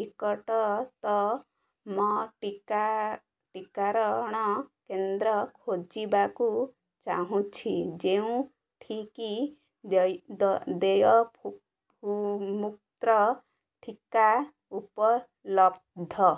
ନିକଟତମ ଟିକା କେନ୍ଦ୍ର ଖୋଜିବାକୁ ଚାହୁଁଛି ଯେଉଁଠିକି ଦେୟମୁକ୍ତ ଟିକା ଉପଲବ୍ଧ